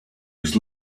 was